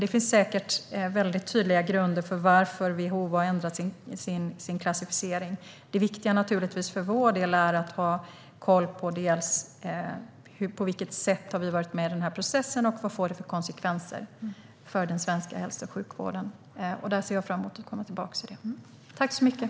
Det finns säkert väldigt tydliga grunder för varför WHO har ändrat sin klassificering. Det viktiga för vår del är naturligtvis att ha koll på på vilket sätt vi har varit med i processen och vilka konsekvenser det får för den svenska hälso och sjukvården. Jag ser fram emot att komma tillbaka om detta.